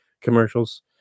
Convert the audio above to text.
commercials